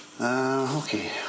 okay